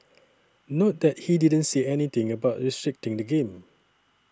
note that he didn't say anything about restricting the game